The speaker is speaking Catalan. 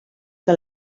que